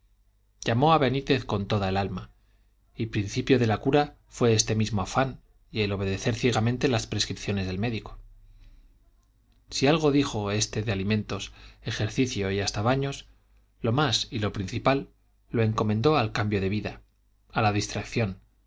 llamó a benítez con toda el alma y principio de la cura fue este mismo afán y el obedecer ciegamente las prescripciones del médico si algo dijo este de alimentos ejercicio y hasta baños lo más y lo principal lo encomendó al cambio de vida a la distracción